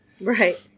Right